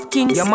Kings